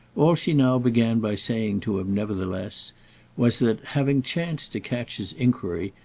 all she now began by saying to him nevertheless was that, having chanced to catch his enquiry,